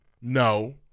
No